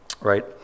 right